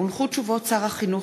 שמורות טבע,